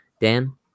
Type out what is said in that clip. Dan